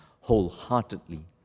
wholeheartedly